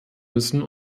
müssen